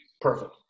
Perfect